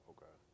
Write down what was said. Okay